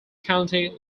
county